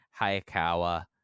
Hayakawa